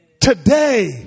today